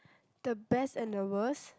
the best and the worst